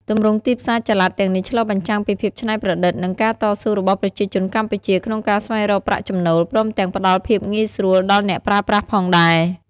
ទម្រង់ទីផ្សារចល័តទាំងនេះឆ្លុះបញ្ចាំងពីភាពច្នៃប្រឌិត និងការតស៊ូរបស់ប្រជាជនកម្ពុជាក្នុងការស្វែងរកប្រាក់ចំណូល ព្រមទាំងផ្តល់ភាពងាយស្រួលដល់អ្នកប្រើប្រាស់ផងដែរ។